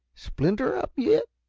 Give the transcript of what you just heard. splinter up, yet?